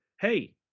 hey